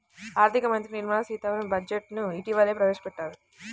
ఆర్ధిక మంత్రి నిర్మలా సీతారామన్ బడ్జెట్ ను ఇటీవలనే ప్రవేశపెట్టారు